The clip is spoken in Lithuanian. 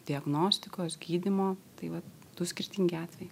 diagnostikos gydymo tai va du skirtingi atvejai